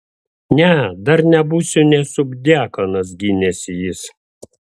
ne dar nebūsiu nė subdiakonas gynėsi jis